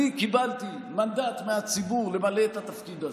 אני קיבלתי מנדט מהציבור למלא את התפקיד הזה,